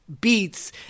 beats